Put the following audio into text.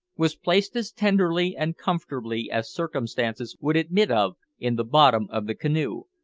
was placed as tenderly and comfortably as circumstances would admit of in the bottom of the canoe,